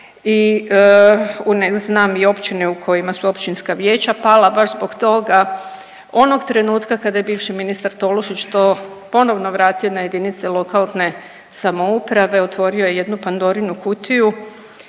i znam i općine u kojima su općinska vijeća pala baš zbog toga. Onog trenutka kada je bivši ministar Tolušić to ponovno vratio na jedinice lokalne samouprave otvorio je jednu Pandorinu kutiju